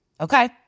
Okay